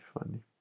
funny